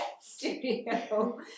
studio